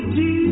Jesus